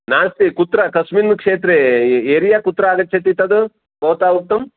नास्ति कुत्र कस्मिन् क्षेत्रे एरिया कुत्र आगच्छति तद् भवता उक्तम्